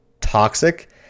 toxic